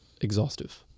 exhaustive